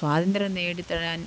സ്വാതന്ത്ര്യം നേടിത്തരാന്